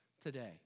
today